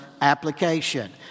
application